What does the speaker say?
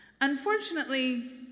Unfortunately